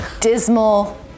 dismal